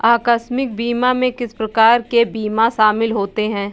आकस्मिक बीमा में किस प्रकार के बीमा शामिल होते हैं?